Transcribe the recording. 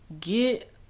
get